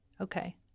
Okay